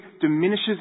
diminishes